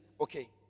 Okay